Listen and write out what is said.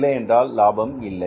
இல்லையென்றால் லாபம் இல்லை